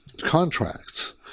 contracts